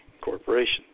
corporation